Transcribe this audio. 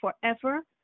forever